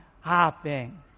hopping